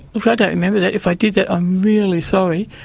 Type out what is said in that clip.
look, i don't remember that, if i did that i'm really sorry.